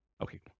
Okay